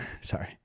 sorry